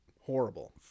horrible